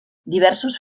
diversos